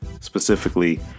specifically